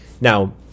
Now